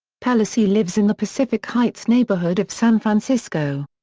pelosi lives in the pacific heights neighborhood of san francisco.